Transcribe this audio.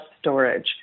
storage